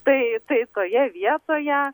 tai tai toje vietoje